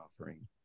offering